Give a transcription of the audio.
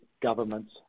governments